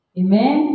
Amen